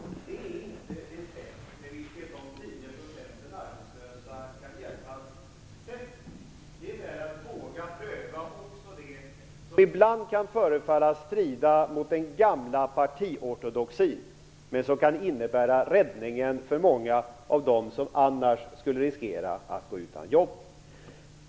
Sättet är att våga pröva också det som ibland kan förefalla strida mot den gamla partiortodoxin, men som kan innebära räddningen för många av dem som annars skulle riskera att gå utan jobb.